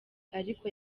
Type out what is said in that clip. ariko